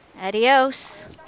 Adios